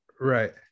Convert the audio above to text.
right